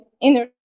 inner